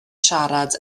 siarad